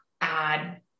add